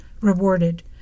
rewarded